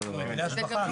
היטלי השבחה.